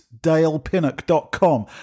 dalepinnock.com